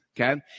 Okay